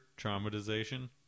Traumatization